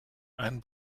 einen